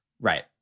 Right